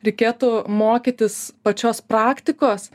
reikėtų mokytis pačios praktikos